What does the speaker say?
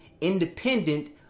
independent